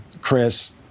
Chris